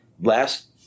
last